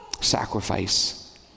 sacrifice